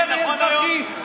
מרי אזרחי,